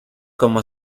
como